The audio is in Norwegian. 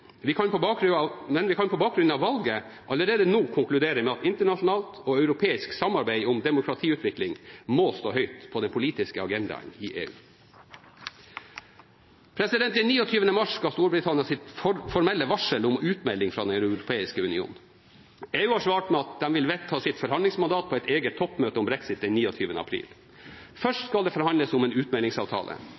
men vi kan på bakgrunn av valget allerede nå konkludere med at internasjonalt og europeisk samarbeid om demokratiutvikling må stå høyt på den politiske agendaen i EU. Den 29. mars ga Storbritannia sitt formelle varsel om utmelding fra Den europeiske union. EU har svart med at de vil vedta sitt forhandlingsmandat på et eget toppmøte om brexit den 29. april. Først skal det forhandles om en utmeldingsavtale.